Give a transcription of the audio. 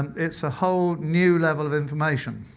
it's a whole new level of information,